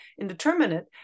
indeterminate